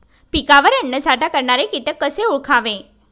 पिकावर अन्नसाठा करणारे किटक कसे ओळखावे?